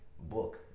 book